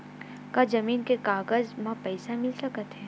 का जमीन के कागज म पईसा मिल सकत हे?